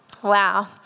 Wow